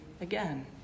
again